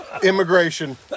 immigration